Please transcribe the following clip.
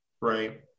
Right